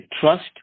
trust